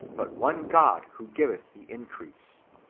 but one god who giveth the increase.